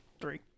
three